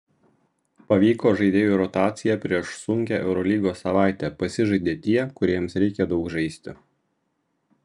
pavyko žaidėjų rotacija prieš sunkią eurolygos savaitę pasižaidė tie kuriems reikia daug žaisti